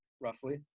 roughly